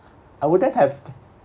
I wouldn't have